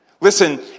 Listen